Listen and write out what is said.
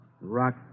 Rock